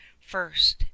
first